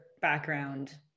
background